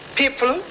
people